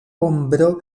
ombro